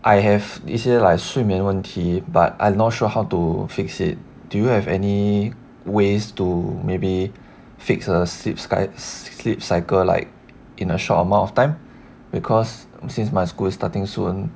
I have 一些 like 睡眠问题 but I'm not sure how to fix it do you have any ways to maybe fix err sleep sleep cycle like in a short amount of time because since my school starting soon